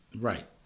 Right